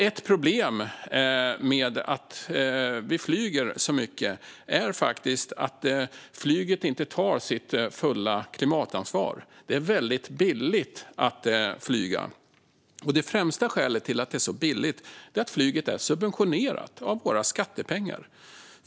Ett problem med att vi flyger så mycket är faktiskt att flyget inte tar sitt fulla klimatansvar. Det är väldigt billigt att flyga, och det främsta skälet till att det är så billigt är att flyget är subventionerat av våra skattepengar.